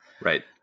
Right